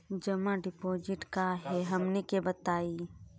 जमा डिपोजिट का हे हमनी के बताई?